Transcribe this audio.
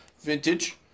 Vintage